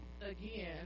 Again